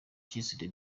cyiswe